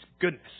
goodness